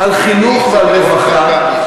על חינוך ועל רווחה,